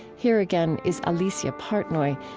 here again is alicia partnoy,